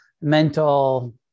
mental